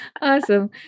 awesome